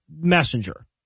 messenger